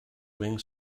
wing